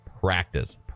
Practice